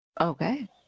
okay